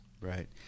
Right